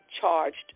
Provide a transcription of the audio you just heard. charged